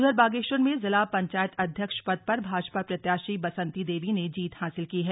उधर बागेश्वर में जिला पंचायत अध्यक्ष पद पर भाजपा प्रत्याशी बसंती देवी ने जीत हासिल की है